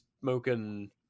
smoking